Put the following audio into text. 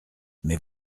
mais